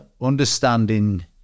understanding